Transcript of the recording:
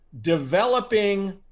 developing